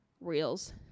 reels